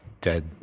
dead